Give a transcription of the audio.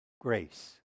Grace